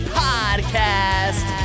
podcast